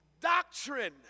doctrine